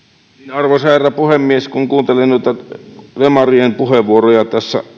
arvoisa herra puhemies kun kuuntelee noita demarien puheenvuoroja